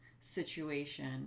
situation